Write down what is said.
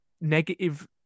negative